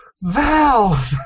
Valve